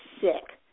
sick